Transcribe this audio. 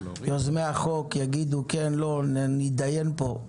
יוזמי החוק יגידו כן או לא, נתדיין פה,